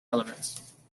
elements